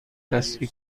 دستی